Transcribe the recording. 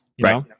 Right